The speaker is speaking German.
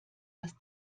das